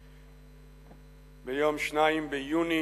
ביום 2 ביוני,